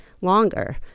longer